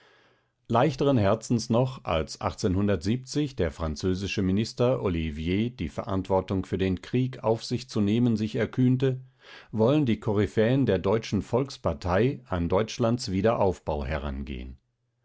leichteren herzens noch als der französische minister ollivier die verantwortung für den krieg auf sich zu nehmen sich erkühnte wollen die koryphäen der deutschen volkspartei an deutschlands wiederaufbau herangehen